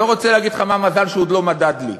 אני לא רוצה להגיד לך מה המזל שהוא עוד לא מדד לי.